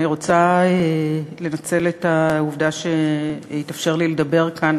אני רוצה לנצל את העובדה שהתאפשר לי לדבר כאן